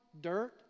dirt